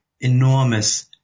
enormous